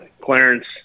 Clarence